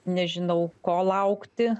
nežinau ko laukti